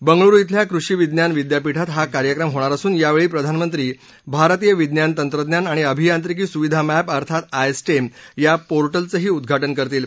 बंगळुरु इथल्या कृषी विज्ञान विद्यापीठात हा कार्यक्रम होणार असून यावेळी प्रधानमंत्री भारतीय विज्ञान तंत्रज्ञान आणि अभियांत्रिकी सुविधा मॅप अर्थात आय सोजे या पोरिकेचंही उद्वाज करतील